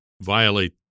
violate